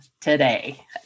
today